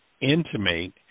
intimate